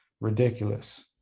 ridiculous